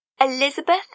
Elizabeth